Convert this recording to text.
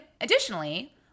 additionally